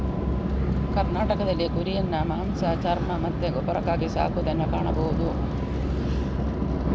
ಕರ್ನಾಟಕದಲ್ಲಿ ಕುರಿಯನ್ನ ಮಾಂಸ, ಚರ್ಮ ಮತ್ತೆ ಗೊಬ್ಬರಕ್ಕಾಗಿ ಸಾಕುದನ್ನ ಕಾಣುದು